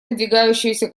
надвигающуюся